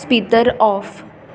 speaker off